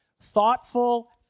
Thoughtful